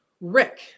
Rick